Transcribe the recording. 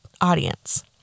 audience